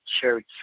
Church